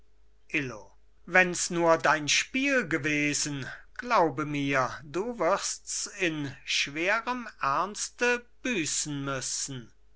illo wenns nur dein spiel gewesen glaube mir du wirsts in schwerem ernste büßen müssen